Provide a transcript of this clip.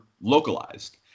localized